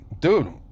dude